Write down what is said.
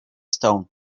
stone